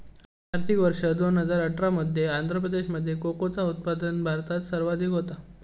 आर्थिक वर्ष दोन हजार अठरा मध्ये आंध्र प्रदेशामध्ये कोकोचा उत्पादन भारतात सर्वाधिक होता